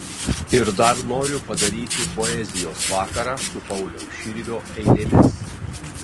ir dar noriu padaryti poezijos vakarą su pauliaus širvio eilėmis